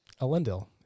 Elendil